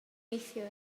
neithiwr